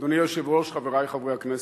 אדוני היושב-ראש, חברי חברי הכנסת,